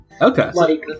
Okay